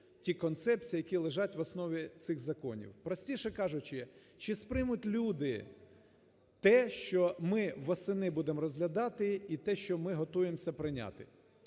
ті концепції, які лежать в основі цих законів? Простіше кажучи, чи сприймуть люди те, що ми восени будемо розглядати і те, що ми готуємося прийняти?